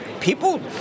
people